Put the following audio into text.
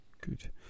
Good